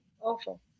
awful